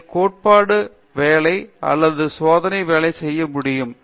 நீங்கள் கோட்பாட்டு வேலை அல்லது சோதனை வேலை செய்ய முடியும்